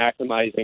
maximizing